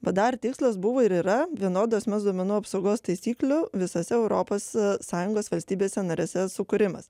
bdar tikslas buvo ir yra vienodo asmens duomenų apsaugos taisyklių visose europos sąjungos valstybėse narėse sukūrimas